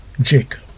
Jacob